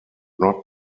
not